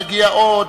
נגיע עוד,